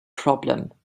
problem